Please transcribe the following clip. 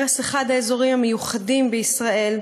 הרס אחד האזורים המיוחדים בישראל.